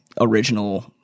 original